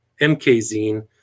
MKZine